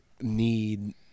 need